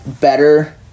better